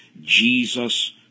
Jesus